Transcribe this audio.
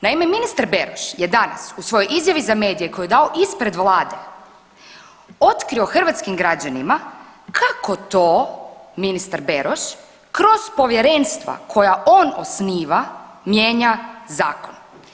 Naime, ministar Beroš je danas u svojoj izjavi za medije koju je dao ispred vlade otkrio hrvatskim građanima kako to ministar Beroš kroz povjerenstva koja on osniva mijenja zakon.